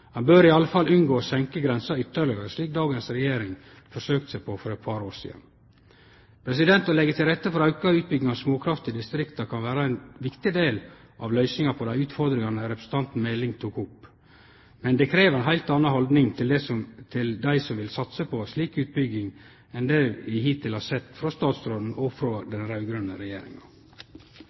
Ein bør i alle fall unngå å senke grensa ytterlegare, slik dagens regjering forsøkte seg på for eit par år sidan. Å leggje til rette for auka utbygging av småkraftverk i distrikta kan vere ein viktig del av løysinga på dei utfordringane representanten Meling tok opp. Men det krev ei heilt anna haldning til dei som vil satse på slik utbygging enn det vi hittil har sett frå statsråden og frå den raud-grøne regjeringa.